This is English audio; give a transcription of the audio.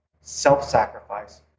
self-sacrifice